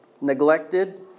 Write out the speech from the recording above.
neglected